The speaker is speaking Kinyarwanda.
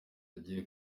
yagiye